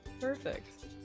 Perfect